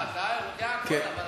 אתה יודע הכול, אבל